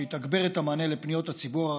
שיתגבר את המענה לפניות הציבור הרחב.